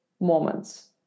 moments